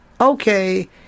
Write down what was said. Okay